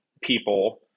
people